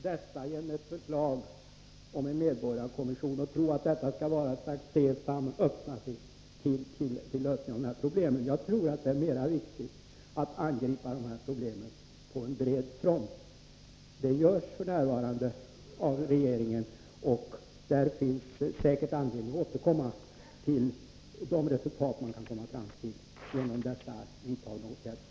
Herr talman! Jag tror inte att man kan lösa detta genom ett förslag om en medborgarkommission, att det skulle vara något slags Sesam öppna dig för lösningen av de här problemen. Jag tycker att det är viktigare att angripa problemen på bred front. Det görs f. n. av regeringen, och det finns säkert anledning att återkomma till de resultat som kan komma fram genom de vidtagna åtgärderna.